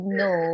no